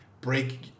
break